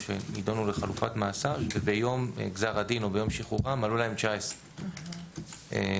שנידונו לחלופת מאסר וביום גזר הדין או ביום שחרורם מלאו להם 19. תגיד,